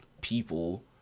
people